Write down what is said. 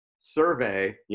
survey